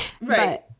Right